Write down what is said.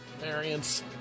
variants